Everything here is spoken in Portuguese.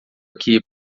aqui